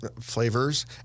Flavors